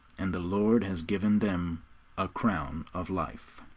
and the lord has given them a crown of life.